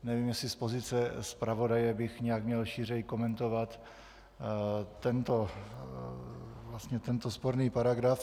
Nevím, jestli z pozice zpravodaje bych nějak měl šířeji komentovat tento sporný paragraf.